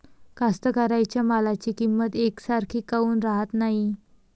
कास्तकाराइच्या मालाची किंमत यकसारखी काऊन राहत नाई?